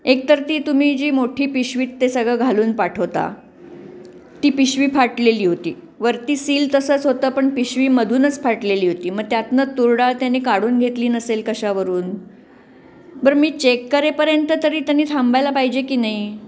एक तर ती तुम्ही जी मोठी पिशवीत ते सगळं घालून पाठवता ती पिशवी फाटलेली होती वरती सील तसंच होतं पण पिशवी मधूनच फाटलेली होती मग त्यातून तुरडाळ त्याने काढून घेतली नसेल कशावरून बरं मी चेक करेपर्यंत तरी त्यांनी थांबायला पाहिजे की नाही